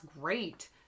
great